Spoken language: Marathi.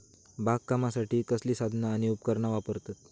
बागकामासाठी कसली साधना आणि उपकरणा वापरतत?